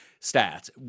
stats